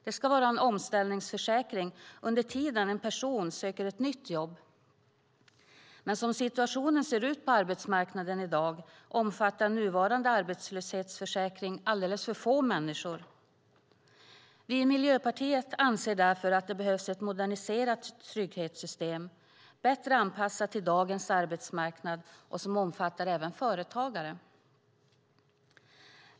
Den ska vara en omställningsförsäkring under tiden en person söker ett nytt jobb. Men som situationen ser ut på arbetsmarknaden i dag omfattar nuvarande arbetslöshetsförsäkring alldeles för få människor. Vi i Miljöpartiet anser därför att det behövs ett moderniserat trygghetssystem, som är bättre anpassat till dagens arbetsmarknad och omfattar även företagare.